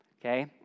Okay